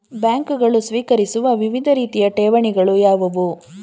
ಬ್ಯಾಂಕುಗಳು ಸ್ವೀಕರಿಸುವ ವಿವಿಧ ರೀತಿಯ ಠೇವಣಿಗಳು ಯಾವುವು?